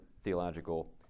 theological